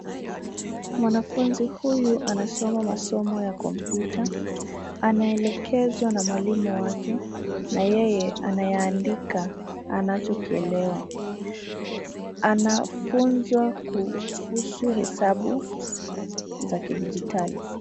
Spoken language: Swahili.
Mwanafunzi huyu anasoma masomo ya kompyuta ,anaelekezwa na mwalimu wake. Na yeye anayaandika anachokielewa. Anafunzwa kuhusu hesabu za kidijitali.